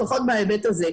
לפחות בהיבט הזה.